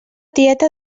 tieta